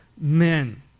men